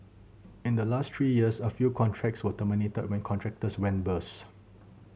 in the last three years a few contracts were terminated when contractors went bust